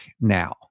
now